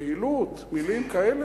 יעילות, מלים כאלה.